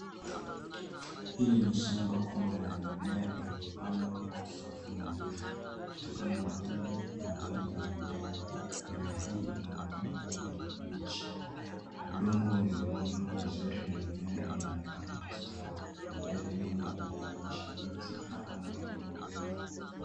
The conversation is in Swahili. Hili ni shamba kubwa la mimea iliyopandwa kwa safu nadhifu, kutokana na umbo na rangi ya majani. Mimea hii inaonekana kua ni kabichi. Udongo umevuniwa vizuri na mimea inaonekana kustawi. Mandhari ya nyuma inaonyesha miti na anga yenye mawingu.